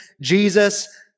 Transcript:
Jesus